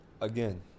Again